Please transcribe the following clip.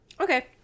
Okay